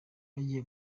bagiye